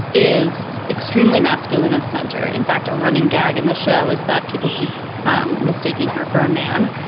is extremely masculine of center in fact, a running gag in the show is that people keep um mistaking her for a man.